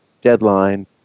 deadline